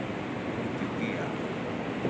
ᱦᱳᱲᱳᱵᱚᱱ ᱛᱤᱠᱤᱭᱟ